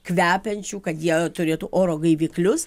kvepiančių kad jie turėtų oro gaiviklius